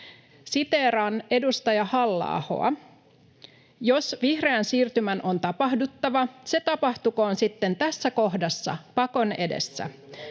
Siteeraan edustaja Halla-ahoa: "Jos ’vihreän siirtymän’ on tapahduttava, se tapahtukoon sitten tässä kohdassa, pakon edessä.